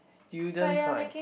student price